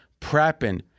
prepping